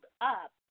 up